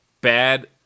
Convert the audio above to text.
bad